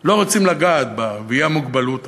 לא רוצים לגעת בה, והיא המוגבלות הנפשית.